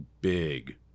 big